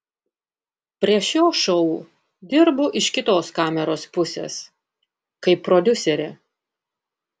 prie šio šou dirbu iš kitos kameros pusės kaip prodiuserė